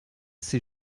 ces